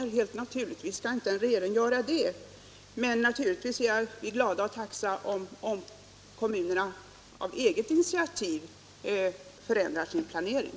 Det är helt naturligt att en regering inte skall lägga fram sådana förslag, men vi är naturligtvis glada och tacksamma om kommunerna på eget initiativ förändrar sin planering.